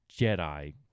Jedi